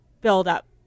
buildup